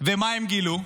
ומה הם גילו?